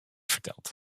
verteld